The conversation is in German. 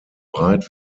breit